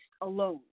alone